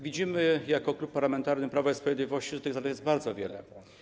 Widzimy jako Klub Parlamentarny Prawo i Sprawiedliwość, że tych zadań jest bardzo wiele.